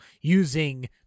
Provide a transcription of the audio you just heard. using